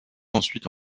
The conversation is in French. ensuite